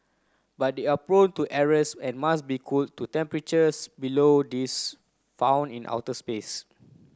but they are prone to errors and must be cooled to temperatures below these found in outer space